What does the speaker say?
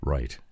Right